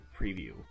preview